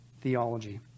theology